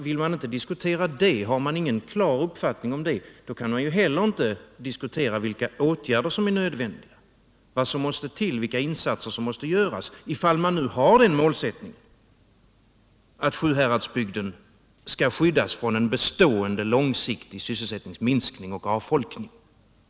Vill man inte diskutera detta och har man ingen klar uppfattning i denna fråga, kan man inte heller bedöma vilka insatser som måste göras, ifall man har som mål att Sjuhäradsbygden skall skyddas från en bestående långsiktig sysselsättningsminskning och avfolkning.